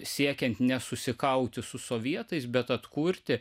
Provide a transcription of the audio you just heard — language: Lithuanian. siekiant ne susikauti su sovietais bet atkurti